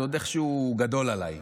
זה עוד איכשהו גדול עליי.